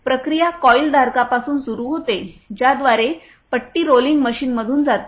प्रक्रिया कॉइल धारकापासून सुरू होते ज्याद्वारे पट्टी रोलिंग मशीनमधून जाते